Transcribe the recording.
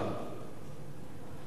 אנחנו נועדנו לחיות יחד,